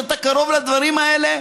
שאתה קרוב לדברים האלה,